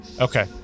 Okay